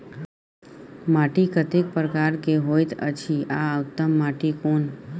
माटी कतेक प्रकार के होयत अछि आ उत्तम माटी कोन?